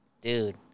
Dude